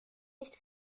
nicht